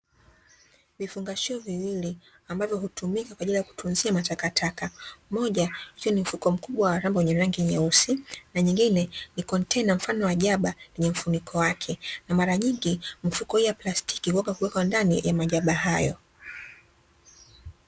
Vifungashio viwili ambavyo hutumika kwaajili ya kutunzia matakataka; moja ikiwa ni mfuko mkubwa wa rambo wenye rangi nyeusi na nyingine ni kontena mfano wa diaba lenye mfuniko wake, na mara nyingi mifuko hii ya plastiki huwekwa ndani ya majiaba hayo.